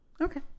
Okay